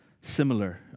similar